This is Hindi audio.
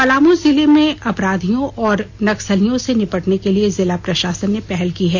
पलामू जिले में अपराधियों और नक्सलियों से निपटने के लिए जिला प्रशासन ने पहल की है